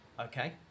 Okay